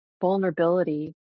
vulnerability